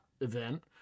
event